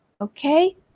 Okay